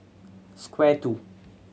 Square Two